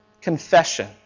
Confession